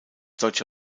deutsche